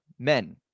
men